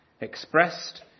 expressed